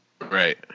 Right